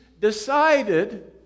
decided